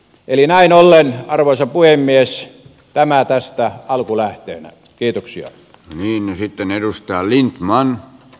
eli näin ollen arvoisa puhemies tämä tästä alkulähteenä kiitoksia myimme sitten edustaa yli maan